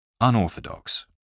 unorthodox